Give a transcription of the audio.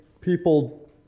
people